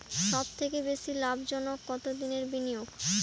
সবথেকে বেশি লাভজনক কতদিনের বিনিয়োগ?